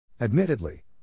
Admittedly